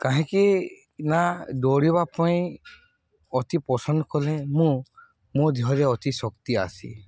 କାହିଁକି ନା ଦୌଡ଼ିବା ପାଇଁ ଅତି ପସନ୍ଦ କଲେ ମୁଁ ମୋ ଦେହରେ ଅତି ଶକ୍ତି ଆସେ